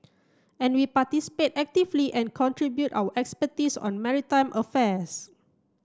and we participate actively and contribute our expertise on maritime affairs